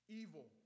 evil